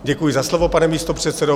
Děkuji za slovo, pane místopředsedo.